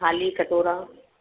थाली कटोरा